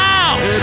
out